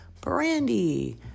Brandy